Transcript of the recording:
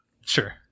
Sure